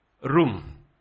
room